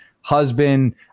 husband